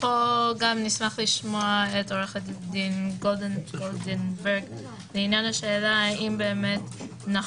פה גם נשמח לשמוע את עו"ד גולדנברג בעניין השאלה האם נכון